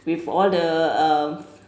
with all the uh